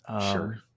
Sure